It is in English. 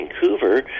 Vancouver